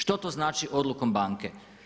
Što to znači odlukom banke?